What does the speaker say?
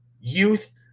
youth